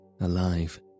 alive